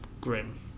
grim